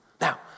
Now